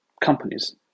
companies